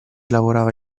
lavorava